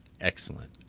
Excellent